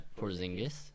Porzingis